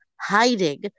hiding